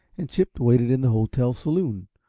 and chip waited in the hotel saloon,